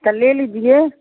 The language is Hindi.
तो ले लीजिए